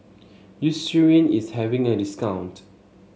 eucerin is having a discount